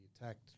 attacked